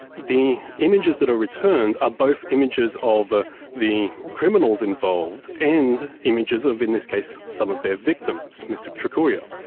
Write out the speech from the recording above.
the images that are returned are both images of ah the criminals involved and images of, in this case, some of their victims, mr trkulja.